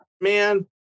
man